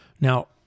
Now